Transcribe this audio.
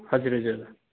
हजुर हजुर